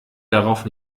darauf